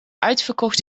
uitverkocht